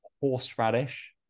horseradish